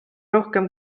rohkem